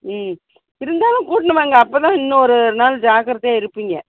ம் இருந்தாலும் கூட்ன்னு வாங்க அப்போதான் இன்னொருநாள் ஜாக்கரதையாக இருப்பிங்க